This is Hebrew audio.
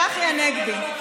צחי הנגבי,